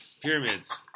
pyramids